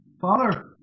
Father